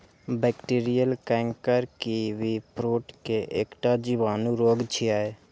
bacterial canker kiwi fruit के एकटा जीवाणु रोग छियै